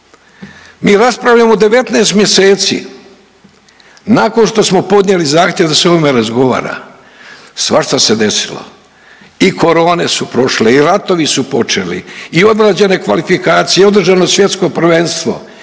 Mi raspravljamo 19 mjeseci nakon što smo podnijeli zahtjev da se o ovome razgovara. Svašta se desilo. I korone su prošle i ratovi su počeli i odrađene kvalifikacije i odrađeno svjetsko prvenstvo